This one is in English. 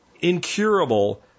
incurable